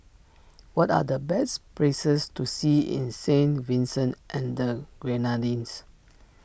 what are the best places to see in Saint Vincent and the Grenadines